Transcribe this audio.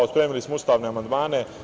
Spremili smo ustavne amandmane.